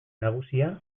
nagusia